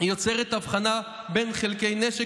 יוצרת הבחנה בין חלקי נשק,